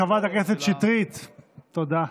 חברת הכנסת שטרית, תודה.